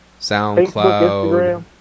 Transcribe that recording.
soundcloud